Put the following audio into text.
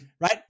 right